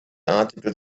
articles